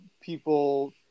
people